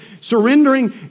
surrendering